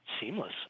seamless